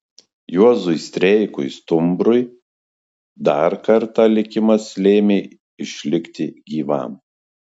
juozui streikui stumbrui dar kartą likimas lėmė išlikti gyvam